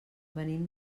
venim